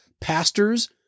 pastors